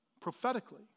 Prophetically